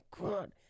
good